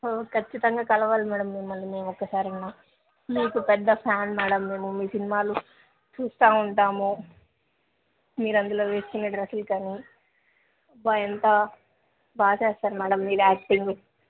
ఓ ఖచ్చితంగా కలవాలి మేడం మిమ్మల్ని మేము ఒక్కసారైనా మీకు పెద్ద ఫ్యాన్ మేడం ము మీ సినిమాలు చూస్తూ ఉంటాము మీరు అందులో వేసుకునే డ్రస్సులు కానీ అబ్బా ఎంత బాగా చేస్తారు మేడం మీరు యాక్టింగు